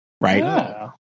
Right